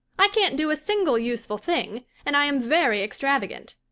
i can't do a single useful thing, and i am very extravagant.